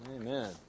Amen